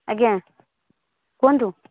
ଆଜ୍ଞା କୁହନ୍ତୁ